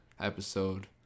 episode